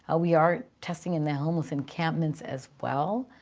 we are testing in the homeless encampments as well,